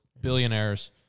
billionaires